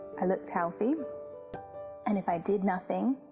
i looked healthy and if i did nothing,